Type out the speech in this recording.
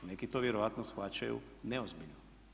Neki to vjerojatno shvaćaju neozbiljno.